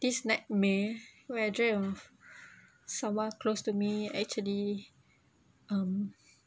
this nightmare where I dream of someone close to me actually um